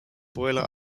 boiler